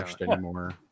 anymore